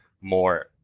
more